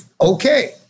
okay